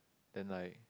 then like